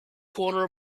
corner